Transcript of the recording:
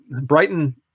Brighton